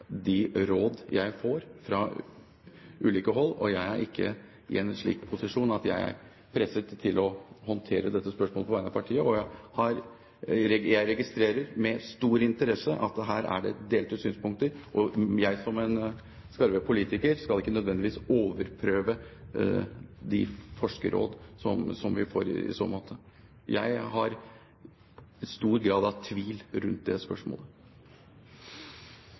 de råd jeg får fra ulike hold, og jeg er ikke i en slik posisjon at jeg er presset til å håndtere dette spørsmålet på vegne av partiet. Jeg registrerer med stor interesse at her er det delte synspunkter, og jeg som en skarve politiker skal ikke nødvendigvis overprøve de forskerråd som vi får i så måte. Jeg har stor grad av tvil rundt det spørsmålet.